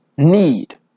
Need